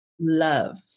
Love